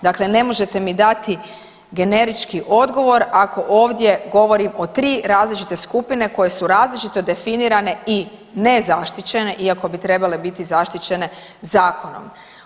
Dakle, ne možete mi dati generički odgovor ako ovdje govorim o 3 različite skupine koje su različito definirane i nezaštićene iako bi trebale biti zaštićene zakonom.